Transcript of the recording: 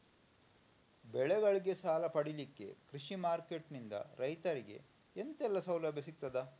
ಬೆಳೆಗಳಿಗೆ ಸಾಲ ಪಡಿಲಿಕ್ಕೆ ಕೃಷಿ ಮಾರ್ಕೆಟ್ ನಿಂದ ರೈತರಿಗೆ ಎಂತೆಲ್ಲ ಸೌಲಭ್ಯ ಸಿಗ್ತದ?